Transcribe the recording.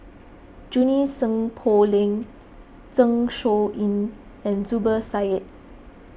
Junie Sng Poh Leng Zeng Shouyin and Zubir Said